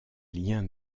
liens